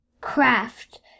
craft